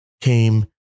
came